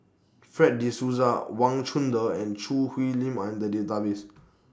Fred De Souza Wang Chunde and Choo Hwee Lim Are in The Database